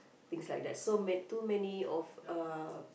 is like that so ma~ too many of uh